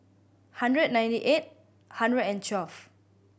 hundred ninety eight hundred and twelve